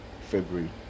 february